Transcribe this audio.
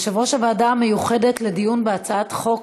יושב-ראש הוועדה המיוחדת לדיון בהצעת חוק